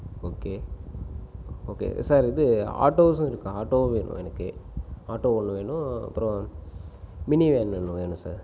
okay okay sir இது ஆட்டோஸும் இருக்கா ஆட்டோவும் வேணும் எனக்கு ஆட்டோ ஒன்று வேணும் அப்புறம் மினி வேன் ஒன்று வேணும் சார்